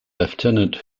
lieutenant